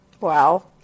wow